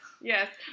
yes